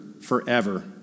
forever